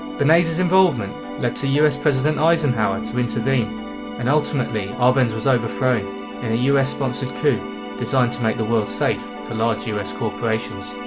bernays' involvement led to us president eisenhower to intervene and ultimately arbenz was overthrown in a us-sponsored coup designed to make the world safe for large u s. corporations.